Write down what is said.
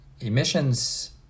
emissions